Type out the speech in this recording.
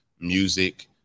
music